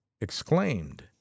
exclaimed